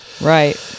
Right